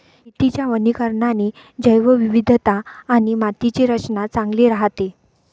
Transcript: शेतीच्या वनीकरणाने जैवविविधता आणि मातीची रचना चांगली राहते